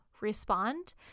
respond